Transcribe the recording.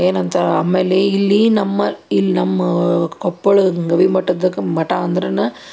ಏನಂತಾರ ಆಮೇಲೆ ಇಲ್ಲಿ ನಮ್ಮ ಇಲ್ಲಿ ನಮ್ಮ ಕೊಪ್ಪಳಂಗ ಗವಿಮಠದಾಗ ಮಠ ಅಂದ್ರೇನ